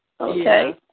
Okay